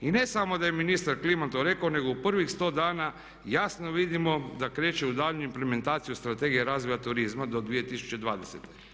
I ne samo da je ministar Kliman to rekao, nego u prvih sto dana jasno vidimo da kreće u daljnju implementaciju Strategije razvoja turizma do 2020.